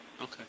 Okay